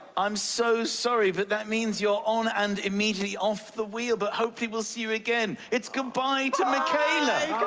i'm so sorry, but that means you're on and immediately off the wheel. but hopefully we'll see you again. it's goodbye to michaela.